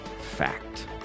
fact